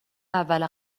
اول